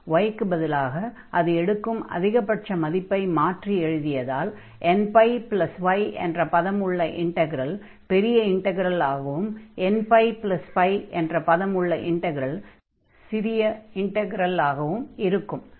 y க்குப் பதிலாக அது எடுக்கும் அதிகபட்ச மதிப்பை மாற்றி எழுதியதால் nπy என்ற பதம் உள்ள இன்டக்ரல் பெரிய இன்டக்ரல் ஆகவும் nππ என்ற பதம் உள்ள இன்டக்ரல் சிறிய இன்டக்ரலாகவும் இருக்கும்